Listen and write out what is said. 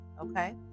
okay